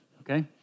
Okay